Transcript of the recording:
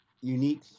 unique